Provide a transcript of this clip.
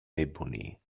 ebony